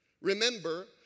remember